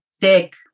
thick